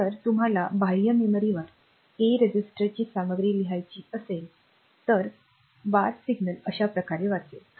जर तुम्हाला बाह्य मेमरीवर A रजिस्टरची सामग्री लिहायची असेल तर बार सिग्नल अशा प्रकारे वाचेल